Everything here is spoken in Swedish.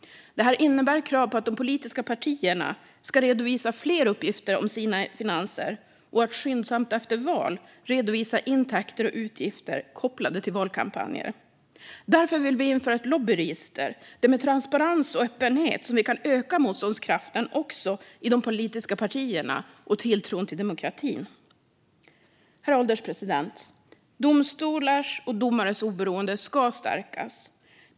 Det här innebär krav på politiska partier att redovisa fler uppgifter om sina finanser och att skyndsamt efter val redovisa intäkter och utgifter kopplade till valkampanjer. Därför vill vi också införa ett lobbyregister. Det är med transparens och öppenhet vi kan öka motståndskraften också i de politiska partierna och tilltron till demokratin. Herr ålderspresident! Domstolars och domares oberoende ska stärkas.